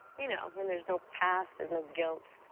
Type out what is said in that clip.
you know, when there's no past, there's no guilt.